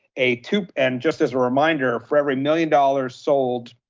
a two and just as a reminder, for every million dollars sold,